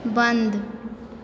बन्द